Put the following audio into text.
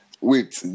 Wait